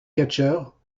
catcheur